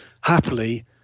happily